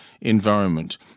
environment